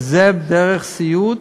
וזה דרך הסיעוד,